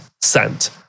sent